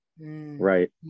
Right